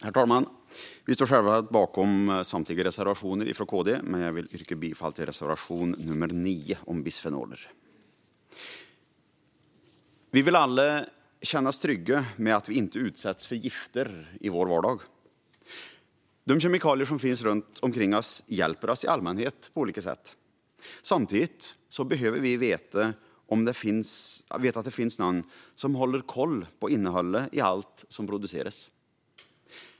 Herr talman! Vi står självfallet bakom samtliga reservationer från KD, men jag vill yrka bifall till reservation nr 9 om bisfenoler. Vi vill alla känna oss trygga med att vi inte utsätts för gifter i vår vardag. De kemikalier som finns runt omkring oss hjälper oss i allmänhet på olika sätt. Samtidigt behöver vi veta att det finns någon som håller koll på innehållet i allt som produceras.